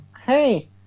Hey